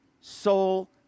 soul